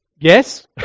Yes